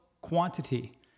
quantity